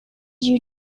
you